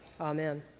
Amen